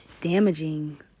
damaging